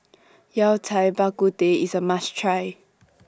Yao Cai Bak Kut Teh IS A must Try